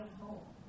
home